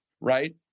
right